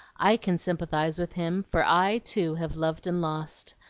i can sympathize with him, for i too have loved and lost,